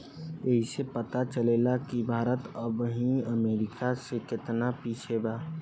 ऐइसे पता चलेला कि भारत अबही अमेरीका से केतना पिछे बा